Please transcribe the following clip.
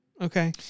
Okay